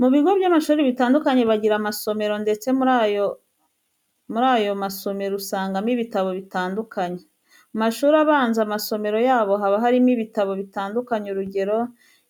Mu bigo by'amashuri bitandukanye bagira amasomero ndetse muri ayo masomero usangamo ibitabo bitandukanye. Mu mashuri abanza amasomero yabo haba harimo ibitabo bitandukanye urugero